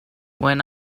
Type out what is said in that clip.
when